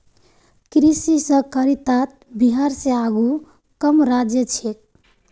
कृषि सहकारितात बिहार स आघु कम राज्य छेक